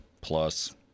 plus